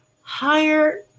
higher